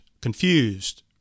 confused